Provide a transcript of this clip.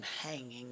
hanging